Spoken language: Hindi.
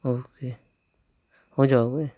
ओके हो जाओगे